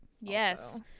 Yes